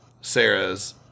Sarah's